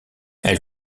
elle